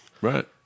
Right